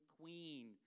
queen